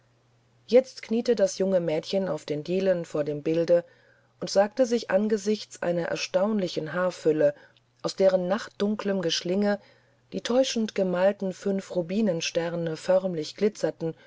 jetzt kniete das junge mädchen auf den dielen vor dem bilde und sagte sich angesichts dieser erstaunlichen haarfülle aus deren nachtdunklem geschlinge die täuschend gemalten fünf rubinensterne förmlich glitzerten